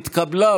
נתקבל.